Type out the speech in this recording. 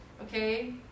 Okay